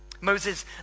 Moses